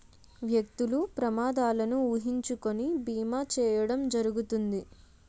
వ్యక్తులు ప్రమాదాలను ఊహించుకొని బీమా చేయడం జరుగుతుంది